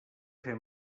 fer